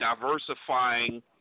diversifying